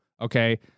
Okay